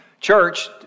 church